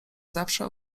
zawsze